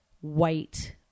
white